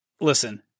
Listen